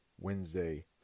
Wednesday